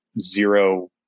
zero